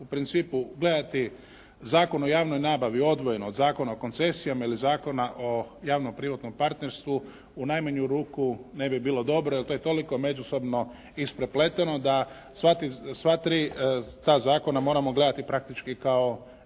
u principu gledati Zakon o javnoj nabavi odvojeno od Zakona o koncesijama ili Zakona o javno privatnom partnerstvu u najmanju ruku ne bi bilo dobro, jer to je toliko međusobno isprepleteno da sva tri ta zakona moramo gledati praktički kao